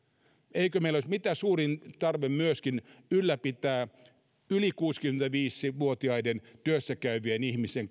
eikö meillä olisi mitä suurin tarve pitää myöskin yli kuusikymmentäviisi vuotiaiden työssäkäyvien ihmisten